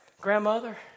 Grandmother